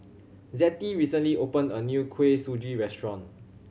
Zettie recently opened a new Kuih Suji restaurant